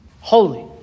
holy